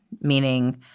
meaning